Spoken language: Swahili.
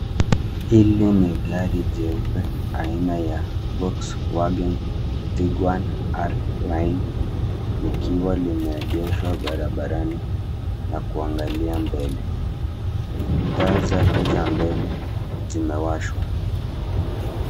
Hili ni gari jeupe aina ya Volkswagen Tiguan R-Line likiwa limeegeshwa barabarani na kuangalia mbele. Na taa zake za mbele zimewashwa.